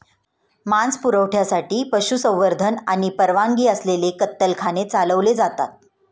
मांस पुरवठ्यासाठी पशुसंवर्धन आणि परवानगी असलेले कत्तलखाने चालवले जातात